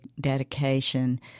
dedication